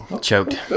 choked